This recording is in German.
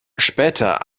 später